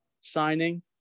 signing